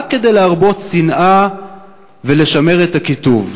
רק כדי להרבות שנאה ולשמר את הקיטוב,